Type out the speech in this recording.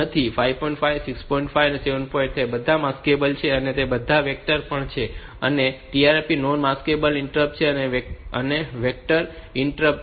5 તે બધા માસ્કેબલ છે અને તે બધા વેક્ટર પણ છે અને આ TRAP નોન માસ્કેબલ ઇન્ટરપ્ટ છે અને તે વેક્ટરડ ઇન્ટરપ્ટ છે